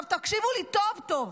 תקשיבו לי טוב-טוב,